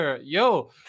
Yo